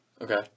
Okay